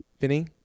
Vinny